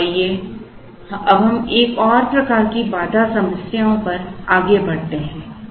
तो आइए अब हम एक और प्रकार की बाधा समस्याओं पर आगे बढ़ते हैं